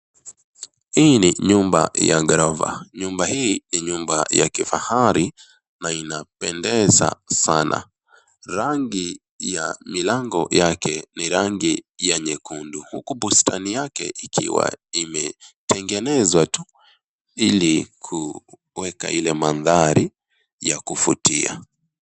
Hii ni nyumba ya ghorofa. Nyumba hii ni nyumba ya kifahari na inapendeza sana. Rangi ya milango yake ni rangi nyekundu, huku bustani yake ikiwa imetengenezwa tu ili kuweka ile mandhari ya kuvutia.